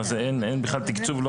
אין בכלל תקצוב,